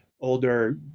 older